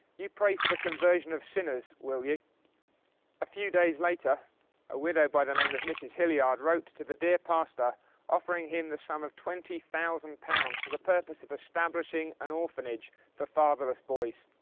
you pray for the conversion of sinners will you a few days later a widow by the name of mrs. hillyard, wrote to the dear pastor offering him the sum of twenty thousand pounds for the purpose of establishing an orphanage for fatherless boys.